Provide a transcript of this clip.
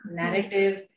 narrative